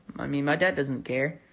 i mean my dad doesn't care.